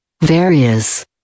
Various